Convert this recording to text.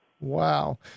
Wow